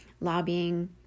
lobbying